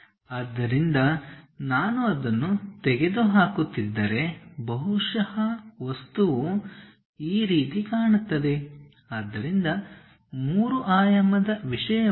ಆದ್ದರಿಂದ ನಾನು ಅದನ್ನು ತೆಗೆದುಹಾಕುತ್ತಿದ್ದರೆ ಬಹುಶಃ ವಸ್ತುವು ಈ ರೀತಿ ಕಾಣುತ್ತದೆ ಆದ್ದರಿಂದ ಮೂರು ಆಯಾಮದ ವಿಷಯವಾಗಿ